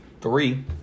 Three